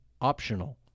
optional